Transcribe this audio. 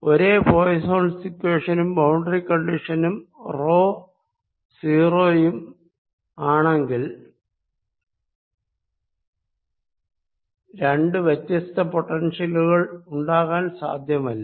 ഒരേ പോയിസ്സോൻ ഇക്വേഷനും ബൌണ്ടറി കണ്ടിഷനും റോ 0 വും ആണെങ്കിൽ രണ്ടു വ്യത്യസ്ത പൊട്ടൻഷ്യലുകൾ ഉണ്ടാകാൻ സാധ്യമല്ല